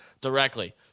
directly